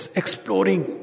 exploring